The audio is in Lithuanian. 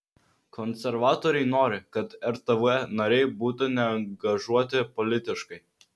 konservatoriai nori kad rtv nariai būtų neangažuoti politiškai